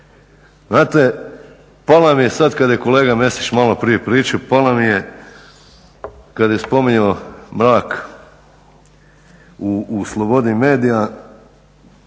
Znate, pala mi je sada kad je kolega Mesić maloprije pričao, pala mi je, kad je spominjao, mrak, u slobodi medija.